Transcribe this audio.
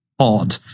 odd